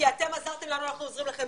כי אתם עזרתם לנו אנחנו עוזרים לכם,